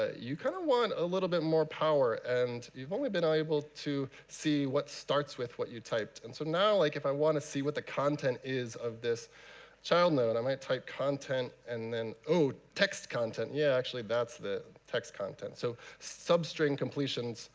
ah you kind of want a little bit more power. and you've only been able to see what starts with what you typed. and so now like if i want to see what the content is of this child node, i might type content and then text content yeah, actually that's the text content. so sub-string completions